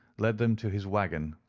led them to his waggon,